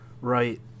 right